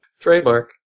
Trademark